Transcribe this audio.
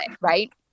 right